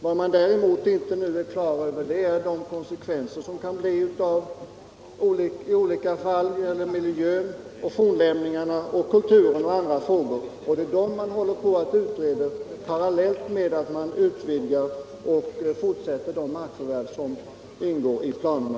Vad man däremot ännu inte är på det klara med är de konsekvenser som kan uppstå för miljön, fornlämningarna och kulturen i övrigt. Det är dessa konsekvenser man nu håller på att utreda parallellt med att man fortsätter med de markförvärv som ingår i planerna.